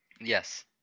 Yes